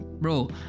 Bro